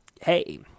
hey